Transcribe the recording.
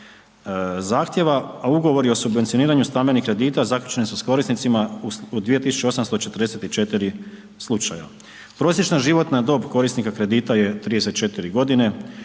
zahtjeva, a Ugovori o subvencioniranju stambenih kredita zaključeni su s korisnicima u 2844 slučaja. Prosječna životna dob korisnika kredita je 34.g.,